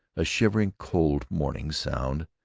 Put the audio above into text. a shivering cold-morning sound,